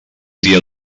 dia